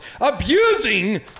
abusing